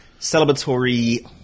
celebratory